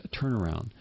turnaround